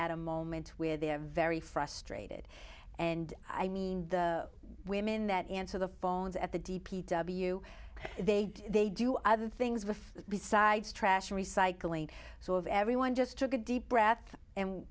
a moment where they're very frustrated and i mean the women that answer the phones at the d p w they do they do other things with besides trash recycling so if everyone just took a deep breath and